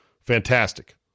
fantastic